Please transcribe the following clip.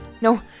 No